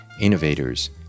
innovators